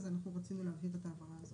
אז אנחנו רצינו להבהיר את ההברה.